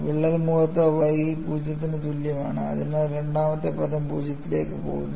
വിള്ളൽ മുഖത്ത് y 0 ന് തുല്യമാണ് അതിനാൽ രണ്ടാമത്തെ പദം 0 ലേക്ക് പോകുന്നു